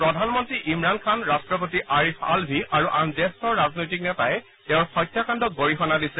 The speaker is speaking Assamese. প্ৰধানমন্ত্ৰী ইমৰান খান ৰট্টপতি আৰিফ আলভি আৰু আন জ্যেষ্ঠ ৰাজনৈতিক নেতাই তেওঁৰ হত্যাকাণ্ডক গৰিহনা দিছে